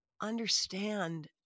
understand